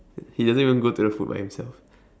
he doesn't even go to the food by himself